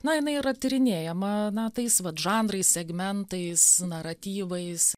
na jinai yra tyrinėjama na tais vat žanrais segmentais naratyvais